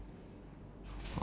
uh yes